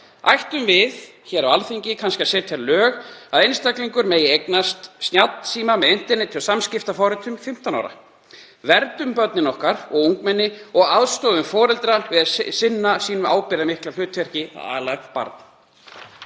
Ættum við hér á Alþingi kannski að setja lög um að einstaklingur megi eignast snjallsíma með interneti og samskiptaforritum fimmtán ára? Verndum börnin okkar og ungmennin og aðstoðum foreldra við að sinna því ábyrgðarmikla hlutverki að ala upp barn.